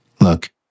Look